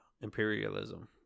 imperialism